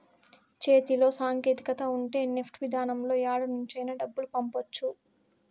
చేతిలో సాంకేతికత ఉంటే నెఫ్ట్ విధానంలో యాడ నుంచైనా డబ్బులు పంపవచ్చు